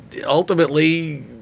ultimately